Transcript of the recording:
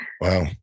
wow